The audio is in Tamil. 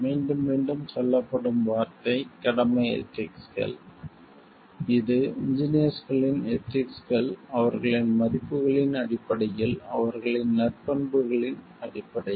மீண்டும் மீண்டும் சொல்லப்படும் வார்த்தை கடமை எதிக்ஸ்கள் இது இன்ஜினியர்ஸ்களின் எதிக்ஸ்கள் அவர்களின் மதிப்புகளின் அடிப்படையில் அவர்களின் நற்பண்புகளின் அடிப்படையில்